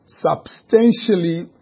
substantially